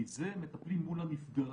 כי זה מטפלים מול הפוגע,